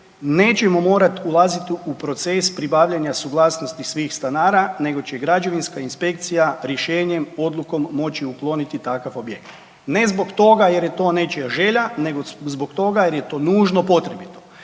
nećemo morati ulaziti u proces pribavljanja suglasnosti svih stanara nego će građevinska inspekcija rješenjem odlukom moći ukloniti takav objekt ne zbog toga jer je to nečija želja, nego zbog toga jer je to nužno potrebito.